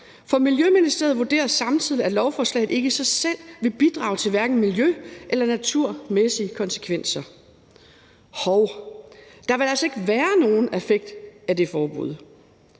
for Miljøministeriet vurderer samtidig, at lovforslaget i sig selv hverken vil bidrage til miljø eller have naturmæssige konsekvenser. Hov, der vil altså ikke være nogen effekt af det forbud.